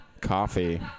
coffee